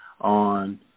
on